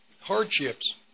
hardships